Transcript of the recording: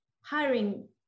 hiring